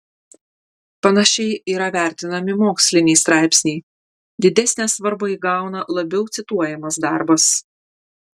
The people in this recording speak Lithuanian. panašiai yra vertinami moksliniai straipsniai didesnę svarbą įgauna labiau cituojamas darbas